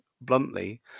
bluntly